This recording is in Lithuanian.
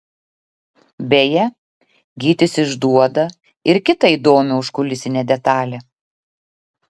beje gytis išduoda ir kitą įdomią užkulisinę detalę